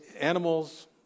animals